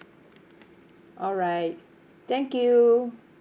alright thank you